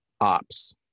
ops